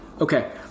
okay